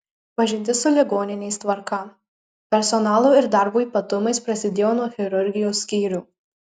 pažintis su ligoninės tvarka personalo ir darbo ypatumais prasidėjo nuo chirurgijos skyrių